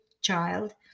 child